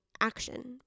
action